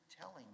telling